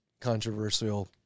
controversial